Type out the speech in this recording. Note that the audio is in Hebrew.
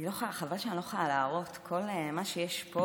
חבל שאני לא יכולה להראות את כל מה שיש פה,